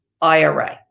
IRA